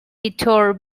ettore